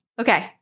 Okay